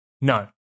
No